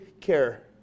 care